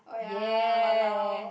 ya